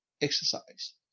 exercise